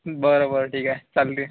बरं बरं ठीक आहे चालते